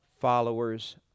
followers